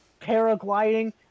paragliding